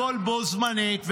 הכול בו-זמנית,